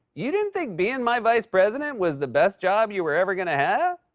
you didn't think being my vice president was the best job you were ever going to have?